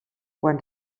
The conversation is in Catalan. quan